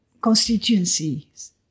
constituencies